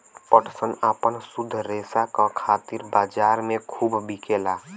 पटसन आपन शुद्ध रेसा क खातिर बजार में खूब बिकेला